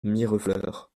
mirefleurs